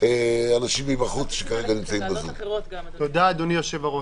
רבה, אדוני היושב-ראש.